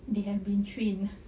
they have been trained